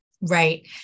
Right